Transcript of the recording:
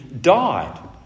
died